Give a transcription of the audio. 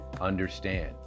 understand